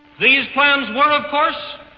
these plans were, of course,